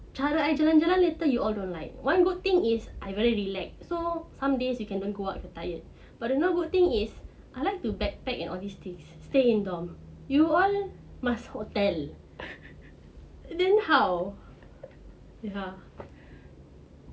cara I jalan-jalan later you all don't like one good thing is I very relax so some days you can don't go out if you are tired but another good thing is I like to backpack and all these things stay in dorm you all must hotel then how ya